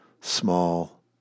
small